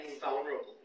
vulnerable